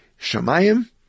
Shemayim